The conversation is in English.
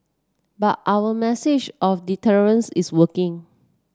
but our message of deterrence is working